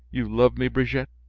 you love me, brigitte?